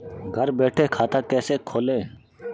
घर बैठे खाता कैसे खोलें?